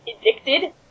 addicted